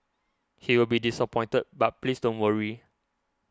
he will be disappointed but please don't worry